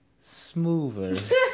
smoother